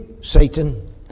Satan